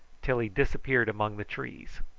till he disappeared among the trees.